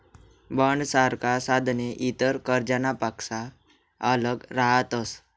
बॉण्डसारखा साधने इतर कर्जनापक्सा आल्लग रहातस